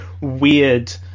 weird